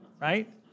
right